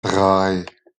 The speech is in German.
drei